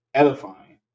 edifying